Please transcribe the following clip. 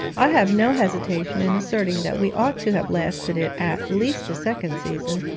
i have no hesitation in asserting that we ought to have lasted it at least a second season,